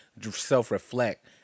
self-reflect